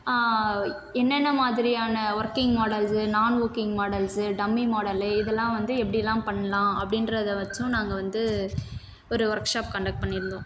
என்னென்ன மாதிரியான working models நான் ஒர்க்கிங் மாடெல்ஸு டம்மி மாடெலு இதெல்லாம் வந்து எப்படிலாம் பண்ணலாம் அப்படின்றத வைச்சும் நாங்கள் வந்து ஒரு ஒர்க் ஷாப் கண்டெக்ட் பண்ணியிருந்தோம்